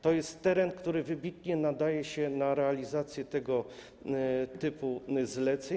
To jest teren, który wybitnie nadaje się na realizację tego typu zleceń.